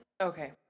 Okay